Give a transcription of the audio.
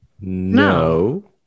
No